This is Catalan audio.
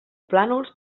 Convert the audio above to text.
plànols